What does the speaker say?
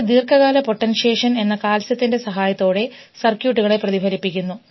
ഈ ദീർഘകാല പൊട്ടൻഷ്യേഷൻ എന്നാൽ കാൽസ്യത്തിന്റെ സഹായത്തോടെ സർക്യൂട്ടുകളെ പ്രതിഫലിപ്പിക്കുന്നു